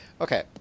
okay